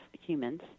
humans